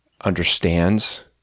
understands